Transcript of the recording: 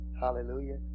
Hallelujah